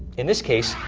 in this case,